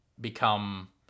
become